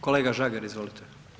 Kolega Žagar izvolite.